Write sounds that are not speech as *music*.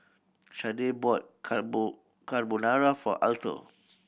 Shardae bought *unintelligible* Carbonara for Alto